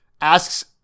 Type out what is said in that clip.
asks